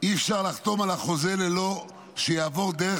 אי-אפשר לחתום על החוזה בלא שיעבור דרך